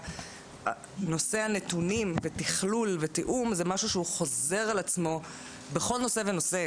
ונושא הנתונים ותכלול ותיאום זה משהו שחוזר על עצמו בכל נושא ונושא.